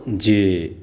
जे